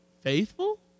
faithful